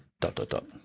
dot, dot.